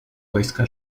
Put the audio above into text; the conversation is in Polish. wojska